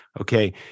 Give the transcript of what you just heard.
Okay